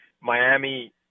Miami